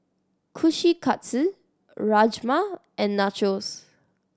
Kushikatsu Rajma and Nachos